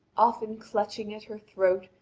often clutching at her throat,